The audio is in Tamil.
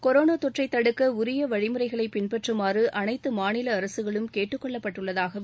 கொரோனா தொற்றை தடுக்க உரிய வழிமுறைகளை பின்பற்றுமாறு அனைத்து மாநில அரக்களும் கேட்டுக் கொள்ளப்பட்டுள்ளதாகவும்